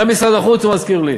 גם את משרד החוץ הוא מזכיר לי.